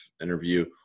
interview